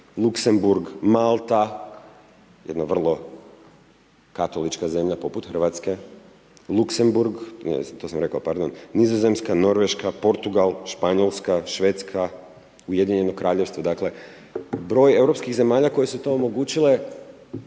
Luksemburg, Malta, jedna vrlo katolička zemlja poput Hrvatske, Luksemburg, to sam rekao pardon, Nizozemska, Norveška, Portugal, Španjolska, Švedska, Ujedinjeno Kraljevstvo, dakle broj europskih zemalja koje su to omogućile